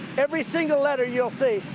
every single letter you'll see.